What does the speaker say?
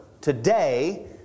today